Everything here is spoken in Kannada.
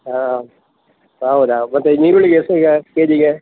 ಹಾಂ ಹೌದಾ ಮತ್ತು ನೀರುಳ್ಳಿಗೆ ಎಷ್ಟು ಈಗ ಕೆ ಜಿಗೆ